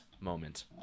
moment